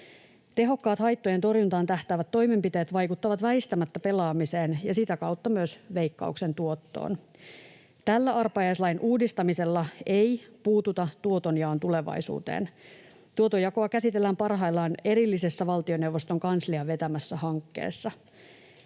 Tehokkaat haittojen torjuntaan tähtäävät toimenpiteet vaikuttavat väistämättä pelaamiseen ja sitä kautta myös Veikkauksen tuottoon. Tällä arpajaislain uudistamisella ei puututa tuotonjaon tulevaisuuteen. Tuotonjakoa käsitellään parhaillaan erillisessä valtioneuvoston kanslian vetämässä hankkeessa.